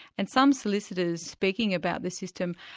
and some solicitors speaking about the system,